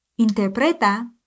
interpreta